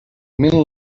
mil